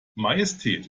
majestät